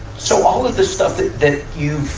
so, all of the stuff that, that you,